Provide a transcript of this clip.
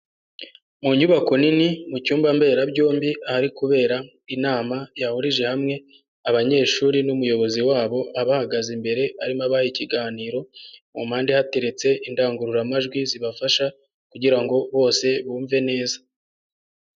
Mu nyubako nini mu cyumba mbera byombi, ahari kubera inama yahurije hamwe abanyeshuri n'umuyobozi wabo abahagaze imbere arimo abaha ikiganiro, mu mpande hateretse indangururamajwi zibafasha kugira ngo bose bumve neza.